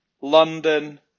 London